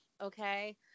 okay